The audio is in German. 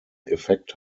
effekt